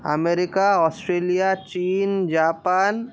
America Australia China Japan